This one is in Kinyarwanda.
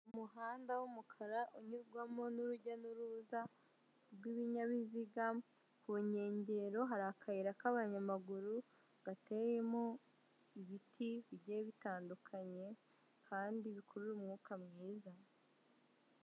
Umuhanda w'umukara unyurwamo n'urujya n'uruza rw'ibinyabiziga ku nkengero hari akayira k'abanyamaguru gateyemo ibiti bigiye bitandukanye kandi bikurura umwuka mwiza.